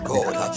God